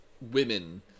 women